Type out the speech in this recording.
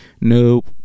Nope